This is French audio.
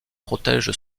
protège